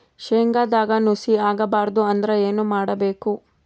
ಶೇಂಗದಾಗ ನುಸಿ ಆಗಬಾರದು ಅಂದ್ರ ಏನು ಮಾಡಬೇಕು?